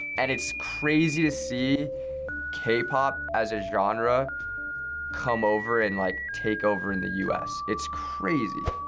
and it's crazy to see k-pop as a genre come over and like take over in the u s. it's crazy.